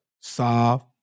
solve